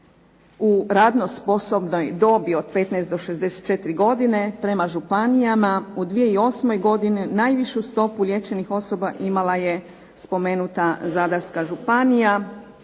u radno sposobnoj dobi od 15 do 64 godine, prema županijama u 2008. godini najvišu stopu liječenih osoba imala je spomenuta Zadarska županija,